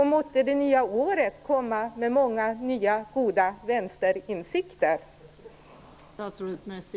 Måtte det nya året komma med många nya, goda vänsterinsikter!